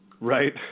Right